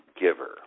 giver